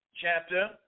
chapter